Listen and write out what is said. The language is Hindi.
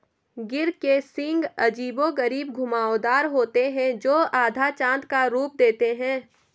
गिर के सींग अजीबोगरीब घुमावदार होते हैं, जो आधा चाँद का रूप देते हैं